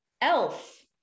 elf